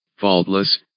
faultless